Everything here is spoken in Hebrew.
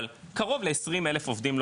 אבל קרוב ל-20 אלף עובדים זרים,